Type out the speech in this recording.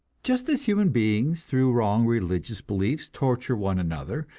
just as human beings through wrong religious beliefs torture one another,